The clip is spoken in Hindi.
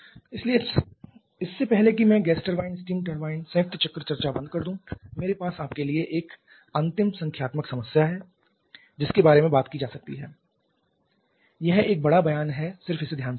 इसलिए इससे पहले कि मैं गैस टरबाइन स्टीम टरबाइन संयुक्त चक्र चर्चा को बंद कर दूं मेरे पास आपके लिए एक अंतिम संख्यात्मक समस्या है जिसके बारे में बात की जा सकती है यह एक बड़ा बयान है सिर्फ इसे ध्यान से पढ़ें